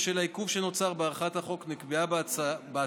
בשל העיכוב שנוצר בהארכת החוק נקבעה בהצעה